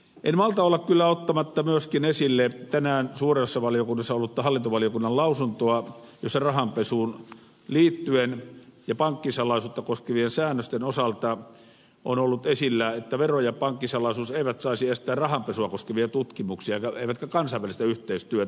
en kyllä malta olla ottamatta myöskin esille tänään suuressa valiokunnassa ollutta hallintovaliokunnan lausuntoa jossa rahanpesuun liittyen ja pankkisalaisuutta koskevien säännösten osalta on ollut esillä että vero ja pankkisalaisuus eivät saisi estää rahanpesua koskevia tutkimuksia eivätkä kansainvälistä yhteistyötä